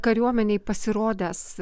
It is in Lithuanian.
kariuomenei pasirodęs